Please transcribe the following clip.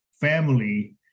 family